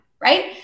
right